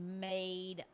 made